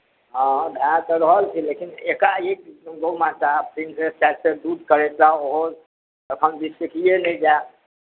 हँ भए तऽ रहल छै लेकिन एकाएक गउ माता तीन सेर चारि सेर दूध करय तऽ ओहो एखन बिसुखिये नहि जाय